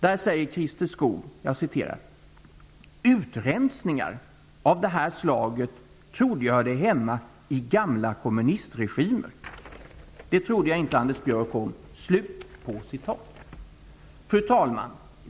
Där säger Christer Skoog: ''Utrensningar av det här slaget trodde jag hörde hemma i gamla kommunistregimer. Det trodde jag inte ens Anders Björck om.'' Fru talman!